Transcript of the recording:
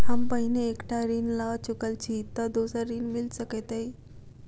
हम पहिने एक टा ऋण लअ चुकल छी तऽ दोसर ऋण मिल सकैत अई?